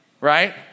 right